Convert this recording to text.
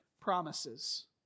promises